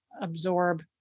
absorb